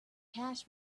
cache